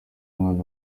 mwana